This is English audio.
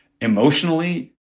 emotionally